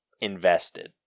invested